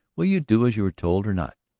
will you do as you are told or not?